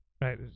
right